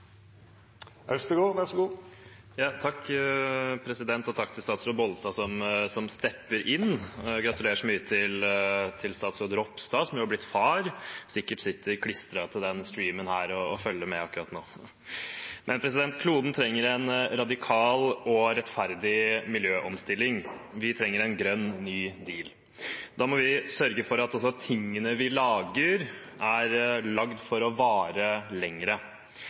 Og gratulerer så mye til statsråd Ropstad, som jo er blitt far, og som sikkert sitter klistret til denne streamen og følger med akkurat nå. «Kloden trenger en radikal og rettferdig miljøomstilling, vi trenger en grønn, ny deal. Da må vi sørge for at tingene vi lager er lagd for å vare lengre,